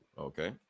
Okay